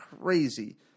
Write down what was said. crazy